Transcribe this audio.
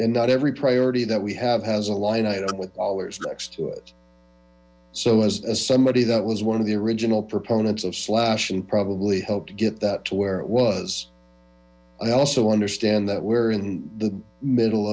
and not every priority that we have has a line item with always next to it so as somebody that was one of the original proponents of slash probably helped to get that to where it was i also understand that we're in the middle